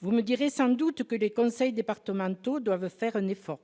Vous me direz sans doute que les conseils départementaux doivent faire un effort.